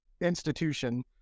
institution